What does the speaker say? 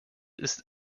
ist